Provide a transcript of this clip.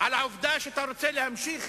על העובדה שאתה רוצה להמשיך